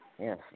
Yes